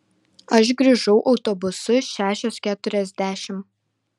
aš grįžau autobusu šešios keturiasdešimt